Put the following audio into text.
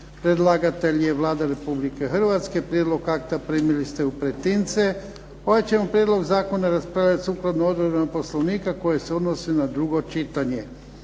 Predlagatelj je Vlada Republike Hrvatske. Prijedlog akta primili ste u pretince. Ovaj ćemo prijedlog zakona raspravljati sukladno odredbama Poslovnika koje se odnose na drugo čitanje.